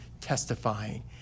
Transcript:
testifying